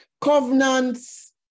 Covenants